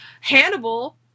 Hannibal